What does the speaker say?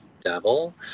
devil